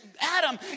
Adam